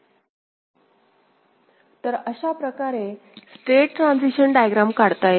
तर अशा प्रकारे स्टेट ट्रान्झिशन डायग्रॅम काढता येते